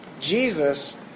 Jesus